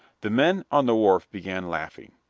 the men on the wharf began laughing.